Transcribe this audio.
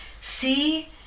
See